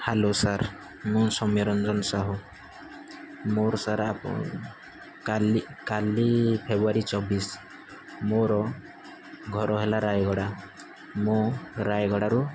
hello sir ମୁଁ ସୌମ୍ୟରଞ୍ଜନ ସାହୁ ମୋର sir ଆପଣ କାଲି କାଲି ଫେବୃଆରୀ ଚବିଶି ମୋର ଘର ହେଲା ରାୟଗଡ଼ା ମୁଁ ରାୟଗଡ଼ାରୁ